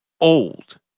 old